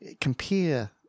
compare